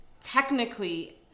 technically